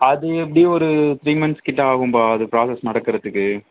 அது எப்படியும் ஒரு த்ரீ மன்த்ஸ் கிட்டே ஆகும்பா அது பிராசஸ் நடக்குறதுக்கு